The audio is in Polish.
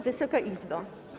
Wysoka Izbo!